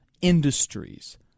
industries